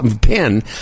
pin